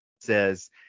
says